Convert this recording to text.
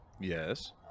Yes